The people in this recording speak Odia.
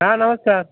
ହଁ ନମସ୍କାର